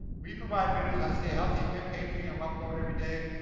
we provide videos on stay healthy, fit, pain free and we upload every day.